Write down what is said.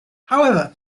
however